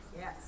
Yes